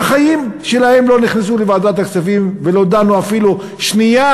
בחיים שלהם לא נכנסו לוועדת הכספים ולא דנו אפילו שנייה.